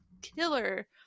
killer